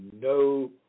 no